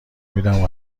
میدم